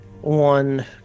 one